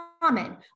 common